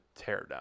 teardown